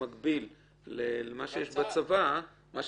לצערי בסיטואציות ביטחוניות רגישות